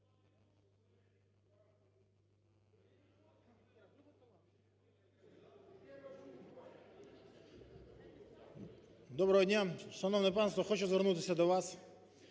Доброго дня, шановне панство! Хочу звернутися до вас